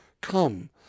Come